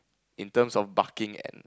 in terms of barking and